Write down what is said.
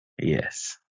Yes